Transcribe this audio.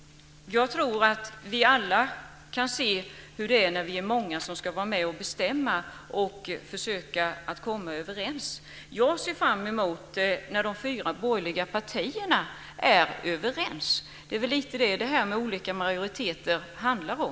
Jag tror att vi alla kan se hur det är när vi är många som ska vara med och bestämma och försöka komma överens. Jag ser fram emot när de fyra borgerliga partierna är överens. Det är väl lite vad frågan om olika majoriteter handlar om.